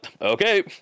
okay